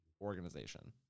organization